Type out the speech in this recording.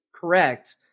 correct